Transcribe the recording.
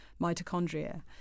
mitochondria